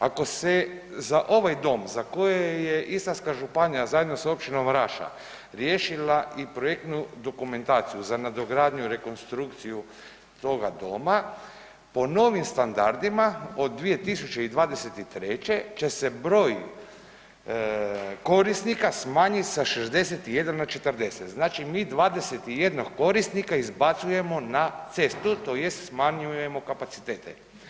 Ako se za ovaj dom za koje je Istarska županija zajedno sa Općinom Raša riješila i projektnu dokumentaciju za nadogradnju, rekonstrukciju toga doma po novim standardima od 2023. će se broj korisnika smanjiti sa 61 na 40, znači mi 21 korisnika izbacujemo na cestu tj. smanjujemo kapacitete.